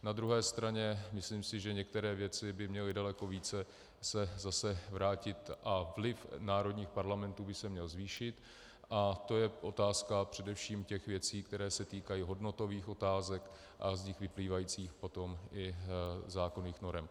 Na druhé straně si myslím, že některé věci by se měly vrátit a vliv národních parlamentů by se měl zvýšit, a to je otázka především těch věcí, které se týkají hodnotových otázek a z nich vyplývajících potom i zákonných norem.